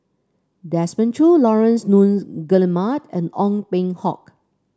Desmond Choo Laurence Nunn Guillemard and Ong Peng Hock